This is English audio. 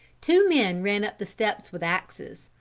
two men ran up the steps with axes,